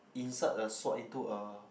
insert a sword into a